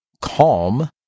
Calm